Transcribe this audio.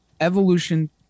Evolution